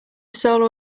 solo